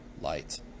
light